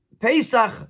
Pesach